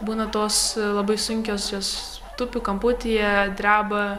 būna tos labai sunkios jos tupi kamputyje dreba